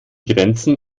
grenzen